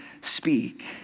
speak